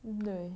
mm 对